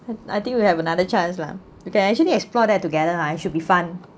I think we have another chance lah you can actually explore there together ah it should be fun